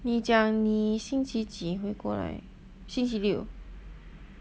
你讲你星期几会过来星期六